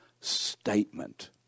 statement